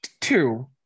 Two